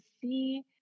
see